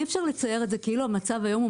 אי-אפשר לצייר את זה כאילו המצב היום הוא